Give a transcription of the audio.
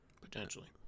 Potentially